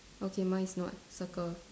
okay mine is not circle